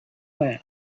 man